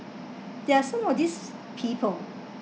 there are some of this people